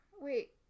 Wait